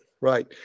right